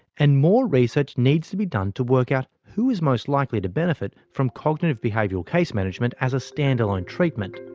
and more research needs to be done to work out who is most likely to benefit from cognitive behavioural case management as a standalone treatment.